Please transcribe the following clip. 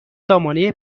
سامانه